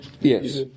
Yes